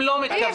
הם לא מתכוונים